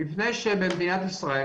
מפני שבמדינת ישראל,